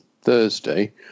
thursday